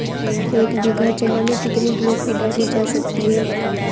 एक बीघा चना में कितनी डी.ए.पी डाली जा सकती है?